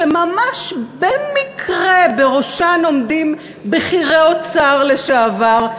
שממש במקרה בראשן עומדים בכירי אוצר לשעבר,